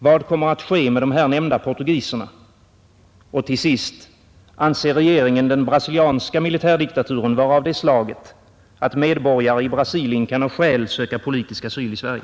Vad kommer att ske med de här nämnda portugiserna? Och till sist: Anser regeringen den brasilianska militärdiktaturen vara av det slaget, att medborgare i Brasilien kan ha skäl att söka politisk asyl i Sverige?